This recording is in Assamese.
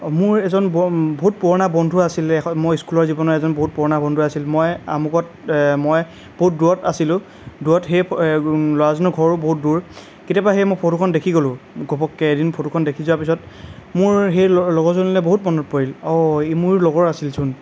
মোৰ এজন বৰ বহুত পুৰণা বন্ধু আছিলে এখন মোৰ স্কুলীয়া জীৱনৰ এজন বহুত পুৰণা বন্ধু আছিল মই আমুকত মই বহুত দূৰৈত আছিলোঁ দূৰত সেই ল'ৰাজনৰ ঘৰো বহুত দূৰ কেতিয়াবা সেই মই ফটোখন দেখি গ'লোঁ ঘপককৈ এদিন ফটোখন দেখি যোৱাৰ পিছত মোৰ সেই ল লগৰজনলৈ বহুত মনত পৰিল অ' ই মোৰ লগৰ আছিল চোন